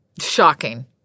Shocking